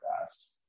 fast